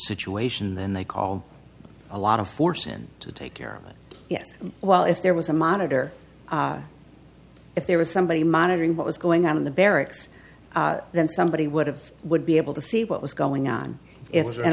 situation then they call a lot of force in to take care of it yes well if there was a monitor if there was somebody monitoring what was going on in the barracks then somebody would have would be able to see what was going on it was an